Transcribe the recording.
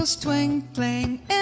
Twinkling